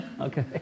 Okay